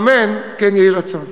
אמן, כן יהי רצון.